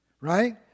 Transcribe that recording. Right